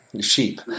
sheep